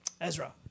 Ezra